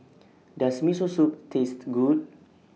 Does Miso Soup Taste Good